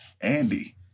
Andy